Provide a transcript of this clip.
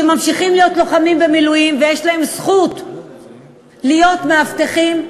שממשיכים להיות לוחמים במילואים ויש להם זכות להיות מאבטחים.